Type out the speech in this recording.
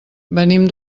venim